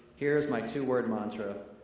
here's my two-word mantra,